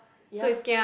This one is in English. ya